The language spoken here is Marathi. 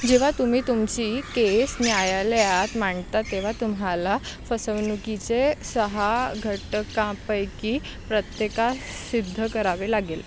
जेव्हा तुम्ही तुमची केस न्यायालयात मांडता तेव्हा तुम्हाला फसवणुकीच्या सहा घटकांपैकी प्रत्येकास सिद्ध करावे लागेल